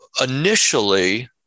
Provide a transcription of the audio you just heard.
Initially